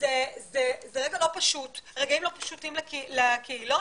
רגעים לא פשוטים לקהילות,